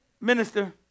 Minister